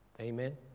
Amen